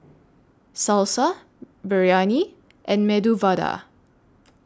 Salsa Biryani and Medu Vada